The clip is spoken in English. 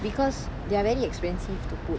because they are very expensive to put